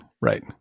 Right